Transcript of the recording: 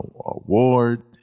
award